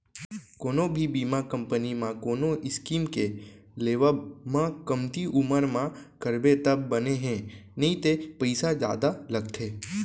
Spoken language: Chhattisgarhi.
कोनो भी बीमा कंपनी म कोनो स्कीम के लेवब म कमती उमर म करबे तब बने हे नइते पइसा जादा लगथे